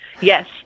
Yes